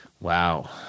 Wow